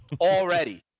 Already